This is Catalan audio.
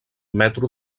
metro